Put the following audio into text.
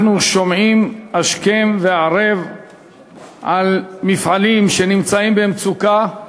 אנחנו שומעים השכם והערב על מפעלים שנמצאים במצוקה,